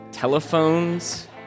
Telephones